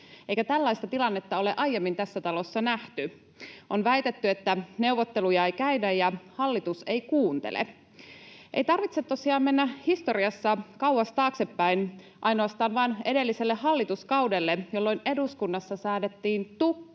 eikä tällaista tilannetta ole aiemmin tässä talossa nähty. On väitetty, että neuvotteluja ei käydä ja hallitus ei kuuntele. Ei tarvitse tosiaan mennä historiassa kauas taaksepäin, ainoastaan vain edelliselle hallituskaudelle, jolloin eduskunnassa säädettiin tukku